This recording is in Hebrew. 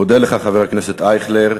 אני מודה לך, חבר הכנסת אייכלר.